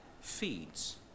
feeds